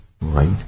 Right